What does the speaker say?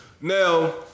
Now